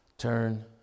Turn